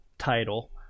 title